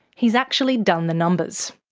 he's actually done the numbers.